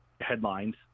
headlines